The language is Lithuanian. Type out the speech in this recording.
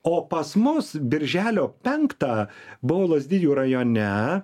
o pas mus birželio penktą buvau lazdijų rajone